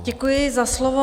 Děkuji za slovo.